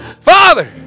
Father